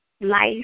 life